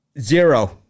Zero